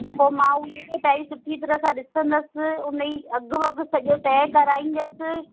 त मां उनहीअ खे पहिरीं सुठी तरह सां ॾिसंदसि उनहीअ जो अघु वघु सॼो तइ कराईंदसि